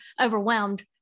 overwhelmed